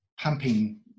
pumping